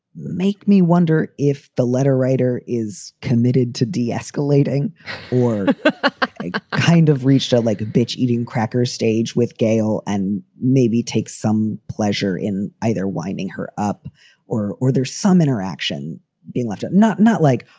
make me wonder if the letter writer is committed to de escalating or kind of reached out like a bitch eating crackers stage with gail and maybe take some pleasure in either winding her up or or there's some interaction being left out? not not like,